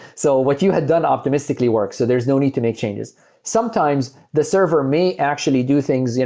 so what you had done optimistically work. so there's no need to make changes sometimes the server may actually do things. yeah